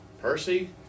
Percy